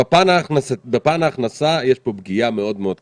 בפן ההכנסה, יש פה פגיעה מאוד מאוד קשה.